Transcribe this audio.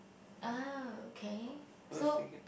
oh okay so